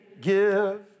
give